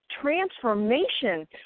transformation